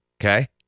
okay